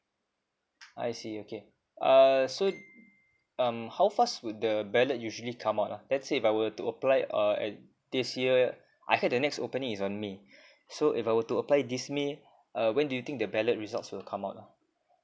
I see okay uh so um how fast would the ballot usually come out lah let's say if I were to apply uh at this year I heard the next opening is on may so if I were to apply this may uh when do you think the ballot results will come out lah